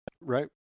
right